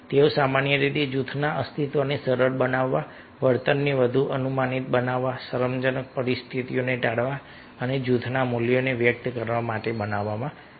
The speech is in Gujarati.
તેઓ સામાન્ય રીતે જૂથના અસ્તિત્વને સરળ બનાવવા વર્તનને વધુ અનુમાનિત બનાવવા શરમજનક પરિસ્થિતિઓને ટાળવા અને જૂથના મૂલ્યોને વ્યક્ત કરવા માટે બનાવવામાં આવે છે